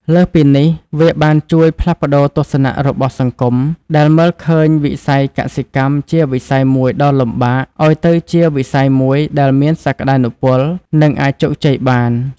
លើសពីនេះ វាបានជួយផ្លាស់ប្តូរទស្សនៈរបស់សង្គមដែលមើលឃើញវិស័យកសិកម្មជាវិស័យមួយដ៏លំបាក ឲ្យទៅជាវិស័យមួយដែលមានសក្ដានុពល និងអាចជោគជ័យបាន។